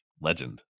legend